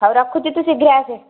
ହଉ ରଖୁଛି ତୁ ଶୀଘ୍ର ଆସେ